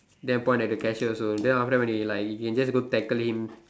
then point at the cashier also then after that when you like you can just tackle him